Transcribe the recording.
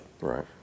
Right